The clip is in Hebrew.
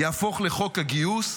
יהפוך לחוק הגיוס,